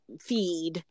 feed